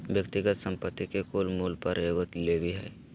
व्यक्तिगत संपत्ति के कुल मूल्य पर एक लेवी हइ